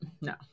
no